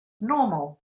normal